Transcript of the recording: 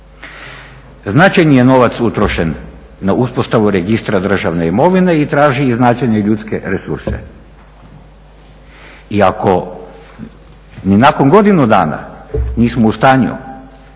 Značajni je novac utrošen na uspostavu Registra državne imovine i traži i značajne ljudske resurse. I ako ni nakon godinu dana nismo u stanju